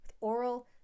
oral